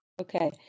Okay